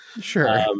Sure